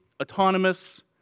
autonomous